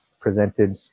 presented